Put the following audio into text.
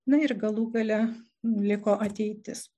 na ir galų gale liko ateitis